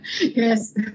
yes